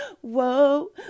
whoa